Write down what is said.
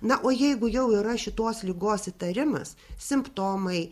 na o jeigu jau yra šitos ligos įtarimas simptomai